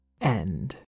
End